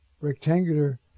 rectangular